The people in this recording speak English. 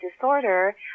disorder